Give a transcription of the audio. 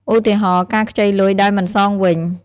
ឧទាហរណ៍៍ ការខ្ចីលុយដោយមិនសងវិញ។